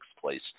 place